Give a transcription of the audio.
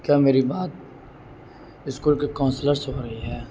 کیا میری بات اسکول کے کاؤنسلرس ہو رہی ہے